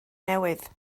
newydd